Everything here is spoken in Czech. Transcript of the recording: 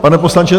Pane poslanče?